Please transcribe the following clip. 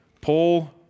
Paul